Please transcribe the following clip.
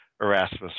erasmus